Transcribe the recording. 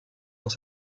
dans